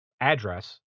address